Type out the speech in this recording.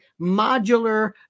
modular